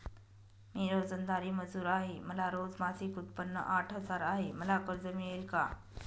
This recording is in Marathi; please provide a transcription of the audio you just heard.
मी रोजंदारी मजूर आहे आणि माझे मासिक उत्त्पन्न आठ हजार आहे, मला कर्ज मिळेल का?